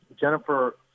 Jennifer